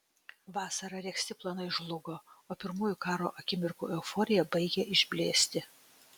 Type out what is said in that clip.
vasarą regzti planai žlugo o pirmųjų karo akimirkų euforija baigė išblėsti